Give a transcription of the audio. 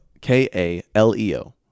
K-A-L-E-O